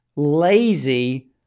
lazy